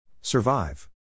Survive